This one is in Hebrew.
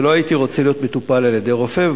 ולא הייתי רוצה להיות מטופל על-ידי רופא,